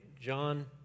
John